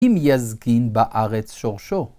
אם יזקין בארץ שורשו.